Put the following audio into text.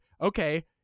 okay